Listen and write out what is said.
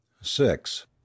six